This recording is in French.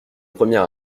premier